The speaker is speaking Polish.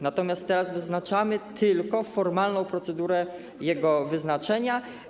Natomiast teraz wyznaczamy tylko formalną procedurę jego wyznaczenia.